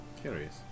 Curious